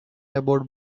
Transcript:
about